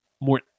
more